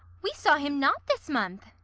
we saw him not this month.